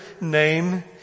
name